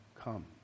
come